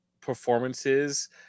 performances